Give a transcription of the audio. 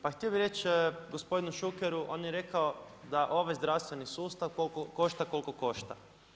Pa htio bih reći gospodinu Šukeru, on je rekao da ovaj zdravstveni sustav košta koliko košta.